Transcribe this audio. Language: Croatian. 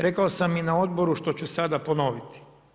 Rekao sam na odboru, što ću sada ponoviti.